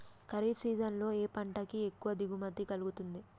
Kharif season లో ఏ పంట కి ఎక్కువ దిగుమతి కలుగుతుంది?